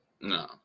No